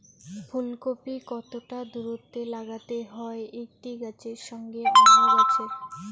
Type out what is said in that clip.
ফুলকপি কতটা দূরত্বে লাগাতে হয় একটি গাছের সঙ্গে অন্য গাছের?